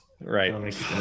Right